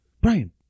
Brian